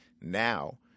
now